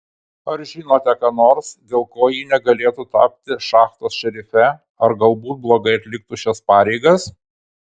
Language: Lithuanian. ar žinote ką nors dėl ko ji negalėtų tapti šachtos šerife ar galbūt blogai atliktų šias pareigas